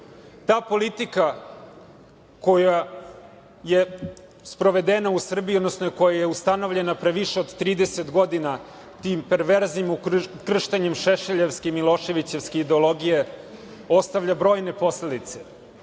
politika koja je sprovedena u Srbiji, odnosno koja je ustanovljena pre više od 30 godina tim perverznim ukrštanjem Šešeljevske i Miloševićevske ideologije ostavlja brojne posledice.